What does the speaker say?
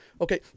okay